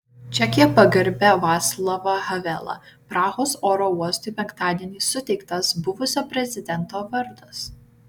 čekija pagerbia vaclavą havelą prahos oro uostui penktadienį suteiktas buvusio prezidento vardas